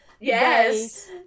Yes